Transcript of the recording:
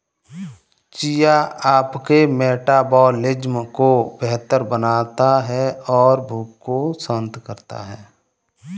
chia आपके metabolism को बेहतर बनाता है और भूख को शांत करता है